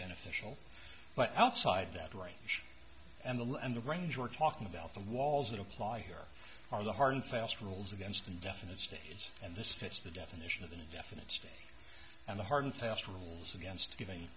beneficial but outside that range and the and the range we're talking about the wall that apply here are the hard and fast rules against indefinite stays and this fits the definition of an indefinite stay and a hard and fast rules against giving